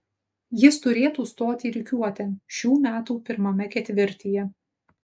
jis turėtų stoti rikiuotėn šių metų pirmame ketvirtyje